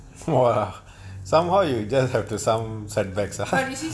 !wah! somehow you just have to some setbacks ah